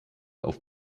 auf